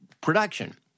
production